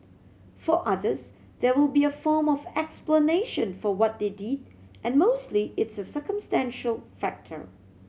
for others there will be a form of explanation for what they did and mostly it's a circumstantial factor